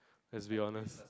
has be honest